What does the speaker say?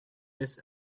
this